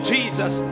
Jesus